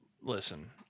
listen